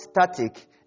static